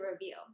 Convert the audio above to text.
review